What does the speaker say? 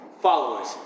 followers